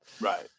right